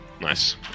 Nice